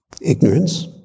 Ignorance